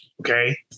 okay